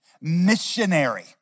missionary